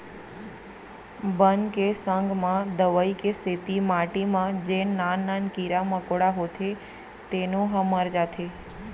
बन के संग म दवई के सेती माटी म जेन नान नान कीरा मकोड़ा होथे तेनो ह मर जाथें